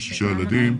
46 ילדים.